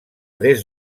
des